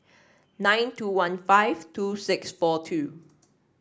nine two one five two six four two